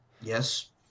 Yes